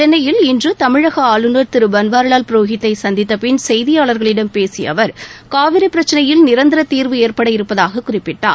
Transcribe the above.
சென்னையில் இன்று தமிழக ஆளுநர் திரு பன்வாரிவால் புரோஹித்தை சந்தித்தபின் செய்தியாளர்களிடம் பேசிய அவர் காவிரி பிரச்சினையில் நிரந்தர தீர்வு ஏற்பட இருப்பதாக குறிப்பிட்டார்